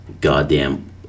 Goddamn